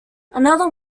another